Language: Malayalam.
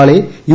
നാളെ യു